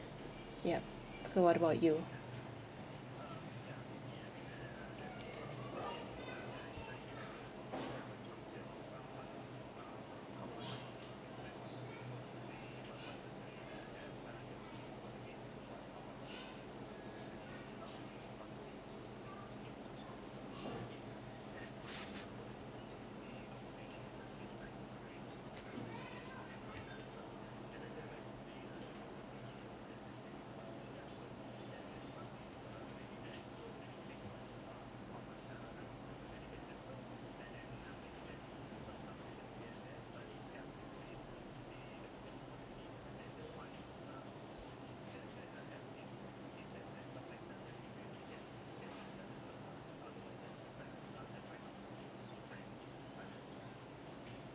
yup so what about you